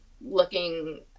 looking